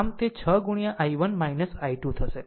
આમ તે 6 ગુણ્યા i1 i2 થશે